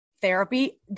therapy